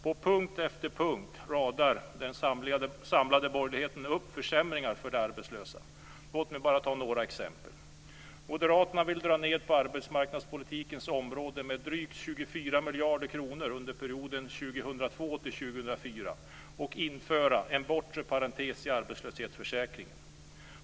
På punkt efter punkt radar den samlade borgerligheten upp försämringar för de arbetslösa. Låt mig ta upp några exempel. Moderaterna vill dra ned på arbetsmarknadspolitikens område med drygt 24 miljarder kronor under perioden 2002-2004 och införa en bortre parentes i arbetslöshetsförsäkringen.